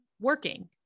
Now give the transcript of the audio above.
working